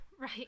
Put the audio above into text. right